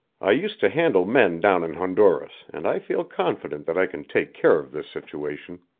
i used to handle men down in honduras, and i feel confident that i can take care of this situation.